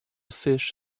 fish